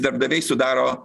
darbdaviai sudaro